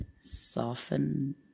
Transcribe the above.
soften